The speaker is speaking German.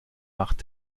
macht